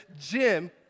Jim